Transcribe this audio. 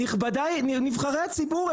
נכבדיי נבחרי הציבור,